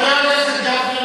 חבר הכנסת גפני,